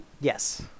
Yes